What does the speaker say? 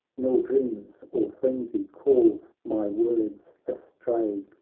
nor dreams or frenzy call my words astray.